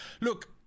look